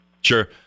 Sure